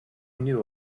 knew